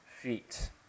feet